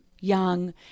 young